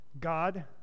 God